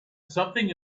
something